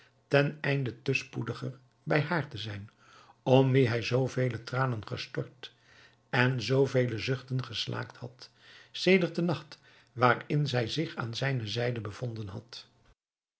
ten einde te spoediger bij hààr te zijn om wie hij zoo vele tranen gestort en zoo vele zuchten geslaakt had sedert den nacht waarin zij zich aan zijne zijde bevonden had